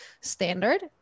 standard